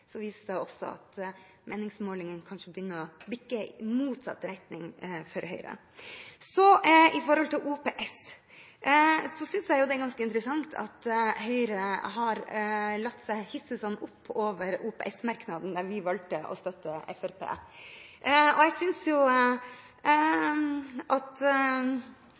Så langt viser det seg jo at når folk gjenkjenner Høyre, begynner meningsmålingene kanskje å bikke i motsatt retning for Høyre. Når det gjelder OPS, synes jeg det er ganske interessant at Høyre har latt seg hisse sånn opp over denne merknaden, der vi valgte å støtte Fremskrittspartiet. Jeg håper at det kanskje blir litt avklaringer mellom Fremskrittspartiet og